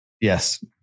Yes